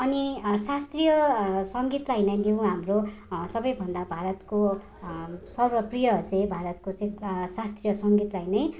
अनि शास्त्रीय सङ्गीतलाई नै लिऊँ हाम्रो सबैभन्दा भारतको सर्वप्रिय चाहिँ भारतको चाहिँ शास्त्रीय सङ्गीतलाई नै